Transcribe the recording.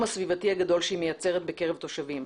הסביבתי הגדול שהיא מייצרת בקרב תושבים.